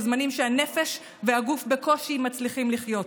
בזמנים שהנפש והגוף בקושי מצליחים לחיות.